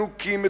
מנוקים,